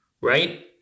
right